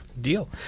Deal